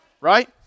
right